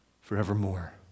forevermore